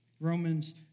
Romans